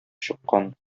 чыккан